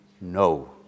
No